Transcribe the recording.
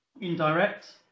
indirect